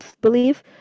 believe